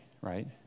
Right